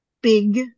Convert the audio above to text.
big